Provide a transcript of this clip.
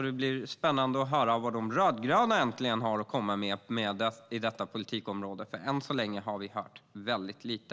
Det blir spännande att äntligen höra vad de rödgröna har att komma med på detta politikområde, för än så länge har vi hört väldigt lite.